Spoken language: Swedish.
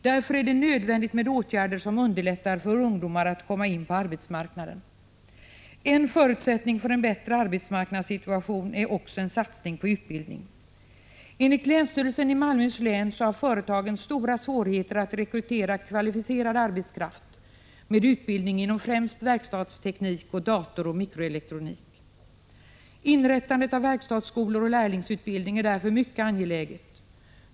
Därför är det nödvändigt med åtgärder som underlättar för ungdomar att komma in på arbetsmarknaden. En förutsättning för en bättre arbetsmarknadssituation är en satsning på utbildning. Enligt länsstyrelsen i Malmöhus län har företagen stora svårigheter att rekrytera kvalificerad arbetskraft med utbildning inom främst verkstadsteknik samt datoroch mikroelektronik. Inrättandet av verkstadsskolor och lärlingsutbildning är därför mycket angeläget.